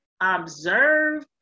observe